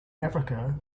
africa